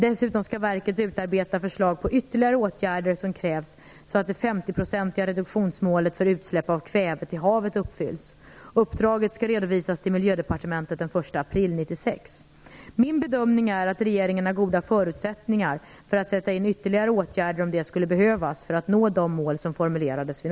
Dessutom skall verket utarbeta förslag på ytterligare åtgärder som krävs så att det 50-procentiga reduktionsmålet för utsläpp av kväve till havet uppfylls. Uppdraget skall redovisas till Miljödepartementet den Min bedömning är att regeringen har goda förutsättningar för att sätta in ytterligare åtgärder om det skulle behövas för att nå de mål som formulerades vid